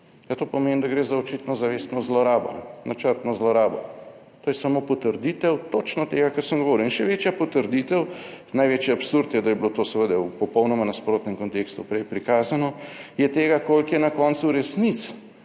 to pomeni, da gre za očitno zavestno zlorabo, načrtno zlorabo. To je samo potrditev točno tega, kar sem govoril. In še večja potrditev, največji absurd je, da je bilo to seveda v popolnoma nasprotnem kontekstu prej prikazano, je tega, koliko je na koncu resnic